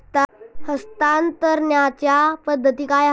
हस्तांतरणाच्या पद्धती काय आहेत?